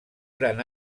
gran